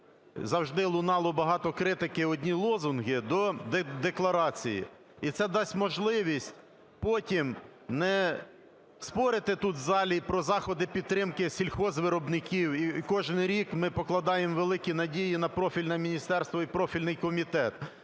завжди, лунало багато критики, одні лозунги, до декларації. І це дасть можливість потім не спорити тут в залі про заходи підтримки сільгоспвиробників, і кожен рік ми покладаємо великі надії на профільне міністерство і профільний комітет,